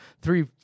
Three